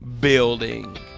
building